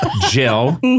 Jill